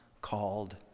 called